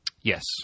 Yes